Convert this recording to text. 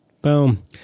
Boom